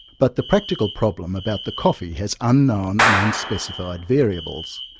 but the practical problem about the coffee has unknown and unspecified variables.